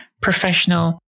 professional